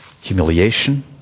humiliation